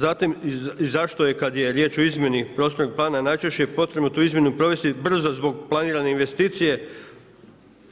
Zatim zašto kad je riječ o izmjeni prostornog plana najčešće je potrebno tu izmjenu provesti brzo zbog planirane investicije